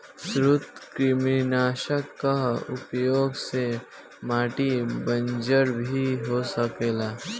सूत्रकृमिनाशक कअ उपयोग से माटी बंजर भी हो सकेला